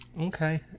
okay